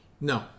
No